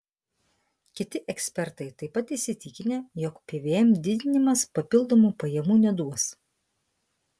kiti ekspertai taip pat įsitikinę jog pvm didinimas papildomų pajamų neduos